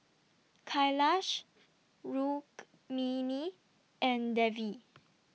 Kailash Rukmini and Devi